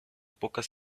pocas